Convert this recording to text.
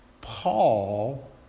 Paul